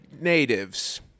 natives